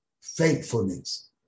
Faithfulness